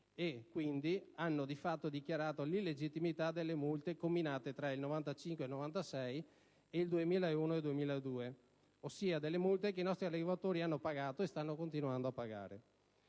e, quindi, hanno di fatto dichiarato l'illegittimità delle multe comminate tra il 1995 e il 1996 e il 2001 e il 2002, ossia delle multe che i nostri allevatori hanno pagato e stanno continuando a pagare.